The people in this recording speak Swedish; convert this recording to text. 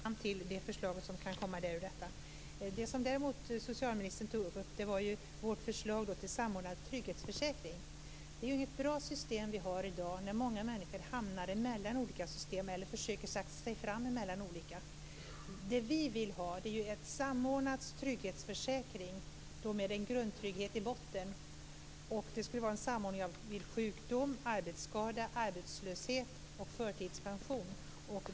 Fru talman! Jag ser med spänning fram emot det förslag som kan komma ur detta. Socialministern tog upp vårt förslag till samordnad trygghetsförsäkring. Det är inget bra system vi har i dag, när många människor hamnar mellan olika system eller försöker saxa sig fram mellan olika system. Vi vill ha en samordnad trygghetsförsäkring med en grundtrygghet i botten. Det skulle vara en samordning vid sjukdom, arbetsskada, arbetslöshet och förtidspension.